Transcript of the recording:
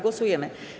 Głosujemy.